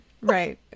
right